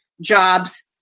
jobs